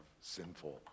sinful